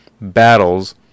battles